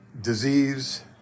disease